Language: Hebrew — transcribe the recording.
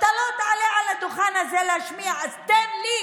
אתה לא תעלה על הדוכן הזה להשמיע, אז תן לי